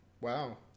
Wow